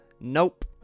nope